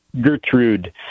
Gertrude